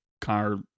car